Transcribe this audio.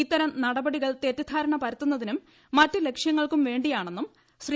ഇത്തരം നടപടികൾ തെറ്റിദ്ധാരണ പരത്തുന്നുതിനും മറ്റ് ലക്ഷ്യങ്ങൾക്കും വേണ്ടിയാണെന്നും ശ്രീ